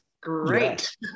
great